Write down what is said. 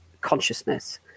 consciousness